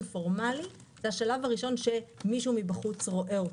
פורמלי זה השלב הראשון שמישהו מבחוץ רואה אותו.